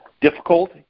difficult